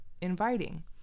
inviting